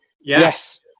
yes